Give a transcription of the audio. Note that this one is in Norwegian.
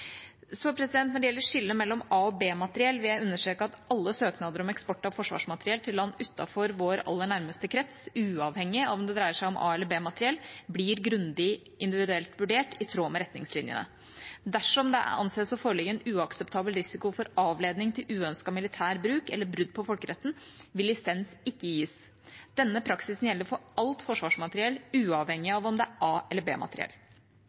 Så er Stortinget og komiteen godt kjent med både suspensjonen av lisenser og det at vi ikke tar nye B-lisenser under behandling. Det gjelder da både først for De forente arabiske emirater i desember 2017 og i november 2018 for Saudi-Arabia. Når det gjelder skillet mellom A- og B-materiell, vil jeg understreke at alle søknader om eksport av forsvarsmateriell til land utenfor vår aller nærmeste krets, uavhengig av om det dreier seg om A- eller B-materiell, blir grundig individuelt vurdert i tråd med retningslinjene. Dersom det